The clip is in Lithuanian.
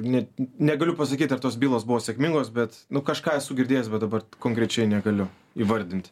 net negaliu pasakyti ar tos bylos buvo sėkmingos bet nu kažką esu girdėjęs bet dabar konkrečiai negaliu įvardint